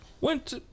Went